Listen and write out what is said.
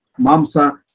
mamsa